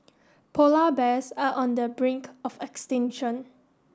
polar bears are on the brink of extinction